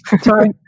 sorry